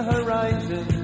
horizon